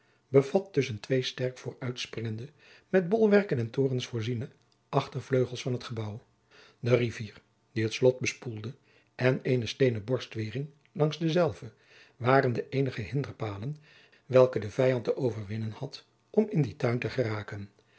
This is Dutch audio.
bevat tusschen twee sterk vooruitspringende met bolwerken en torens voorziene achtervleugels van het gebouw de rivier die het slot bespoelde en eene steenen borstweering langs dezelve waren de eenige jacob van lennep de pleegzoon hinderpalen welke de vijand te overwinnen had om in dien tuin te geraken